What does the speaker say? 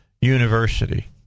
University